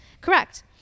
Correct